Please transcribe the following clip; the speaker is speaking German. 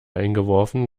eingeworfen